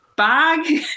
bag